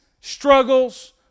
struggles